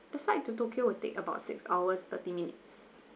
the flight to tokyo will take about six hours thirty minutes